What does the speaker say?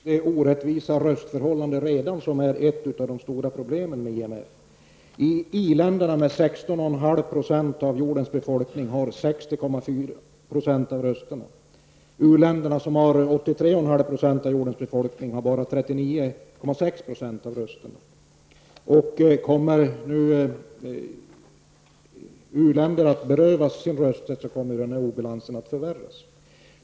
Herr talman! De orättvisa röstförhållandena är redan ett av de stora problemen med IMF. I av jordens befolkning, har bara 39,6 % av rösterna. Kommer nu u-länderna att berövas sin rösträtt kommer denna snedbalans att förvärras.